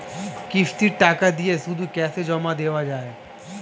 কিস্তির টাকা দিয়ে শুধু ক্যাসে জমা দেওয়া যায়?